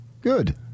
Good